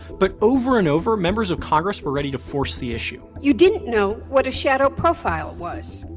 but over and over, members of congress were ready to force the issue. you didn't know what a shadow profile was.